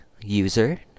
user